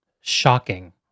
Shocking